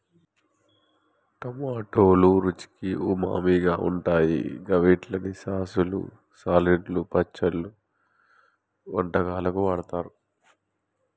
టమాటోలు రుచికి ఉమామిగా ఉంటాయి గవిట్లని సాసులు, సలాడ్లు, పచ్చళ్లు, వంటలకు వాడుతరు